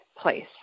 place